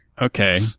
Okay